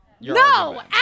no